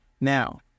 Now